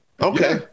Okay